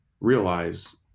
realize